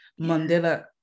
Mandela